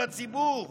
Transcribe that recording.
של הציבור,